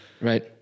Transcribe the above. Right